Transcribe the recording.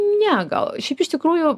ne gal šiaip iš tikrųjų